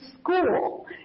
school